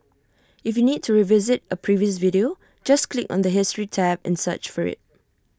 if you need to revisit A previous video just click on the history tab and search for IT